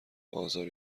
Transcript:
آزار